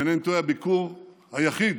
אם אינני טועה, הביקור היחיד